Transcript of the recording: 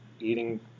eating